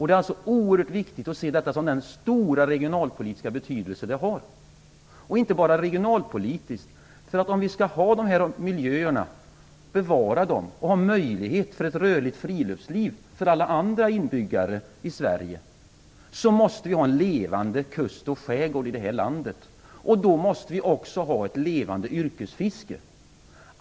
Det är oerhört viktigt att se den stora regionalpolitiska betydelse som detta har, och inte bara regionalpolitisk. Om vi skall bevara dessa miljöer och ha möjligheter till ett rörligt friluftsliv för alla andra inbyggare i Sverige måste vi ha en levande kust och skärgård i det här landet. Då måste vi också ha ett levande yrkesfiske.